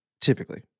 typically